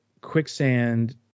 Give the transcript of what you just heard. Quicksand